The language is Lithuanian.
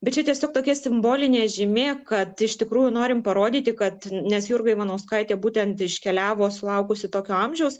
bet čia tiesiog tokia simbolinė žymė kad iš tikrųjų norim parodyti kad nes jurga ivanauskaitė būtent iškeliavo sulaukusi tokio amžiaus